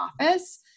office